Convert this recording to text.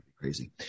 crazy